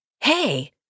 hey